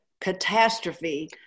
catastrophe